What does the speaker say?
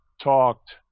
talked